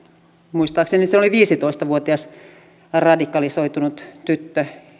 muistaakseni viisitoista vuotias radikalisoitunut tyttö